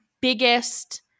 biggest